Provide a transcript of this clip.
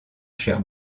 cher